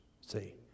See